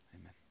amen